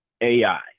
AI